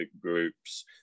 groups